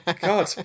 God